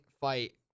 fight